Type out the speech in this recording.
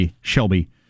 Shelby